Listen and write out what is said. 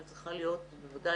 אבל צריכה להיות בוודאי,